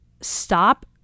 stop